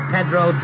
Pedro